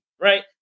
right